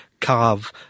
carve